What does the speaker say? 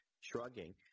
shrugging